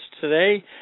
today